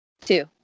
Two